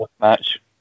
match